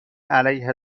علیه